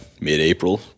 mid-April